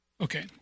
Okay